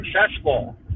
successful